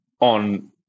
on